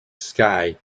sky